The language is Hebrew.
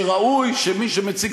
והנה, בבקשה, אתה